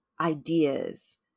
Ideas